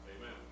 amen